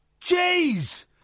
Jeez